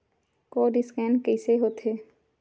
Code scan कइसे होथे?